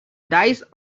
dies